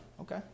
Okay